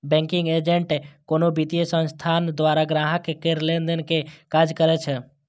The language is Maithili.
बैंकिंग एजेंट कोनो वित्तीय संस्थान द्वारा ग्राहक केर लेनदेन के काज करै छै